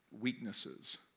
weaknesses